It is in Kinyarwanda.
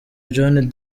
john